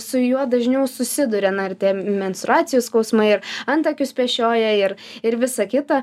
su juo dažniau susiduria na ir tie menstruacijų skausmai ir antakius pešioja ir ir visa kita